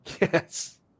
yes